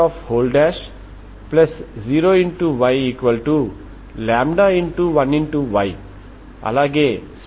మొదలైన విలువలకు boundary condition ను సంతృప్తిపరిచే పరిష్కారం